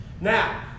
Now